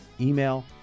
email